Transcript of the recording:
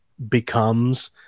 becomes